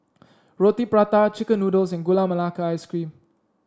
Roti Prata chicken noodles and Gula Melaka Ice Cream